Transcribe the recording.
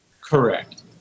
correct